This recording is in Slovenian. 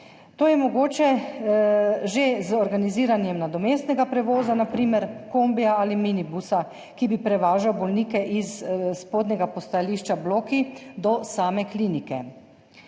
To je mogoče že z organiziranjem nadomestnega prevoza, na primer kombija ali minibusa, ki bi prevažal bolnike s spodnjega postajališča Bloki do same klinike.